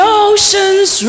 oceans